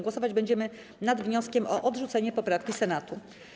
Głosować będziemy nad wnioskiem o odrzucenie poprawki Senatu.